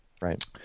right